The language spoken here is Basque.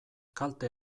kalte